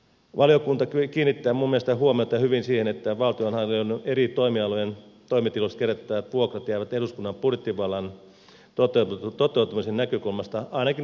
valiokunta kiinnittää minun mielestäni huomiota hyvin siihen että valtionhallinnon eri toimialojen toimitiloista kerättävät vuokrat jäävät eduskunnan budjettivallan toteutumisen näkökulmasta ainakin osin piiloon